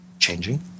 changing